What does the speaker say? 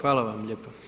Hvala vam lijepo.